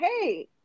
hey